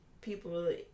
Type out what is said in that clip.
people